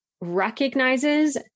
recognizes